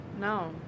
no